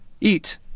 Eat